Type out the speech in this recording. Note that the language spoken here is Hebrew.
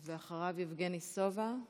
אחריו, יבגני סובה.